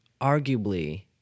arguably